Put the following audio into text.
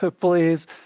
please